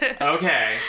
Okay